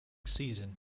season